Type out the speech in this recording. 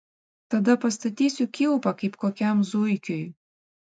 tada pastatysiu kilpą kaip kokiam zuikiui